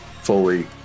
fully